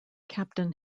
captain